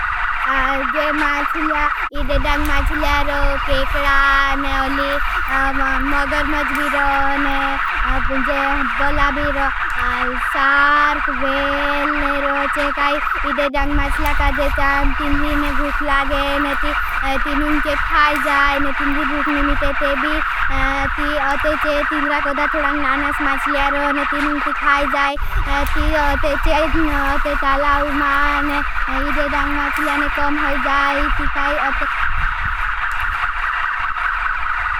इदे डंग माचलियारो, केकडा, मगर मजबीरो, बलाबीरो, सार्क, वेलेरो चे। काई इदे डंग माचलिया का जे चान तिंद्रीने भूख लागे ने ती तिनुंग चे खाय जाए। ने तिंद्री भूख नी मिते ते भी ती अते चे तिंद्रा कदा थोड़ांग नानास माचलियारो ने ती नुंग ती खाय जाए। ती अते चे अते तालाउमा ने इदे डंग माचलियाने कम होई जाए। ती काई अते।